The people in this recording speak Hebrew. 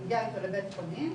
אני מגיעה איתו לבית חולים,